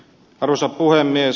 arvoisa puhemies